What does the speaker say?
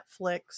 Netflix